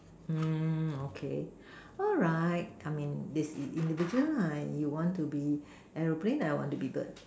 mm okay alright come in this it's individual lah you want to be aeroplane I want to be bird